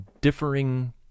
differing